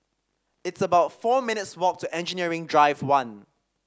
it's about four minutes' walk to Engineering Drive One